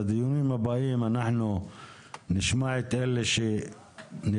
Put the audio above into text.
בדיונים הבאים אנחנו נשמע את אלה שנבצר